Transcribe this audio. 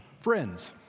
Friends